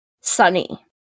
Sunny